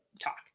talk